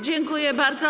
Dziękuję bardzo.